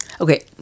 Okay